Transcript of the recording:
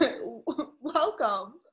Welcome